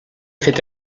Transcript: fet